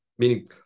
Meaning